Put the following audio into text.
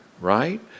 right